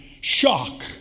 shock